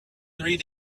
three